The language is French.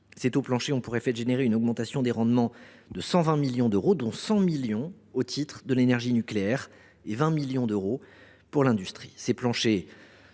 Ces taux planchers ont pour conséquence une augmentation des rendements de 120 millions d’euros – 100 millions d’euros pour l’énergie nucléaire et 20 millions d’euros pour l’industrie.